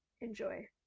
Enjoy